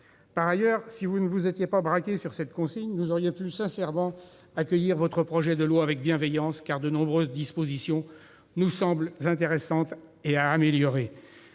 Par ailleurs, si vous ne vous étiez pas braquée sur cette consigne, nous aurions pu, sincèrement, accueillir votre projet de loi avec bienveillance, car de nombreuses dispositions nous semblent intéressantes, tout en méritant